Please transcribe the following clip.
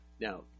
Now